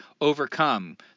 overcome